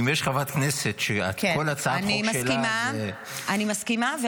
אם יש חברת כנסת שכל הצעת חוק שלה --- אני מסכימה,